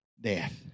death